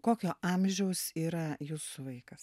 kokio amžiaus yra jūsų vaikas